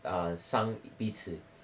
err 伤彼此